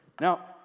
Now